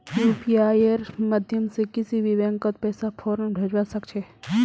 यूपीआईर माध्यम से किसी भी बैंकत पैसा फौरन भेजवा सके छे